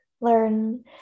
learn